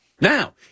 now